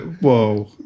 whoa